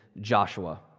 Joshua